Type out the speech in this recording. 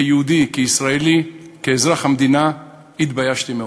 כיהודי, כישראלי, כאזרח המדינה, התביישתי מאוד.